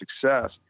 success